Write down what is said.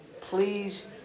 Please